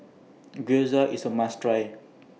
Gyoza IS A must Try